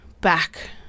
back